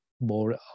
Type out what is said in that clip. more